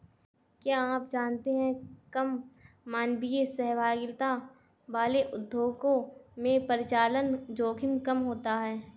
क्या आप जानते है कम मानवीय सहभागिता वाले उद्योगों में परिचालन जोखिम कम होता है?